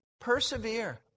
Persevere